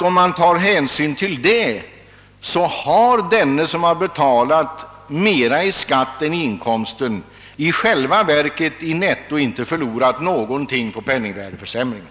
Om man tar hänsyn härtill har alltså den, som betalat mera i skatt än inkomsten, i själva verket i netto inte förlorat någonting på penningvändeförsämringen.